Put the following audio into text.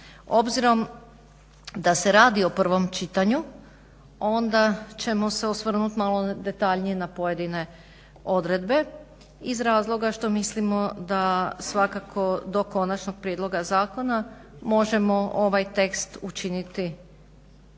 Obzirom da se radi o prvom čitanju onda ćemo se osvrnut malo detaljnije na pojedine odredbe iz razloga što mislimo da svakako do konačnog prijedloga zakona možemo ovaj tekst učiniti tako